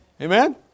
Amen